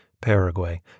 paraguay